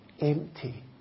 empty